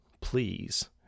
please